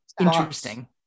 Interesting